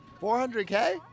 400K